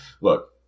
Look